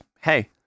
hey